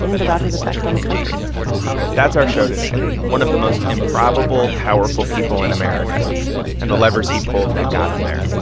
and about his effect on the country that's our show today one of the most improbable, powerful people in america and the levers he pulled that got him there